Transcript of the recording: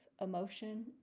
emotion